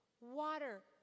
water